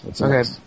Okay